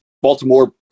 Baltimore